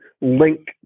link